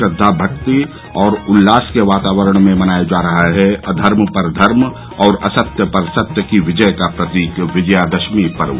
श्रद्वा भक्ति और उल्लास के वातावरण में मनाया जा रहा है अधर्म पर धर्म और असत्य पर सत्य की विजय का प्रतीक विजयादशमी पर्व